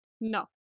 No